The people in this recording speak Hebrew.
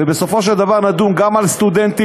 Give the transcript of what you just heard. ובסופו של דבר נדון גם על סטודנטים,